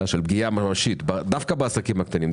של פגיעה ממשית דווקא בעסקים הקטנים,